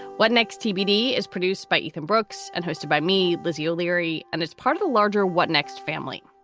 what next? tbd is produced by ethan brooks and hosted by me, lizzie o'leary. and it's part of a larger what next family.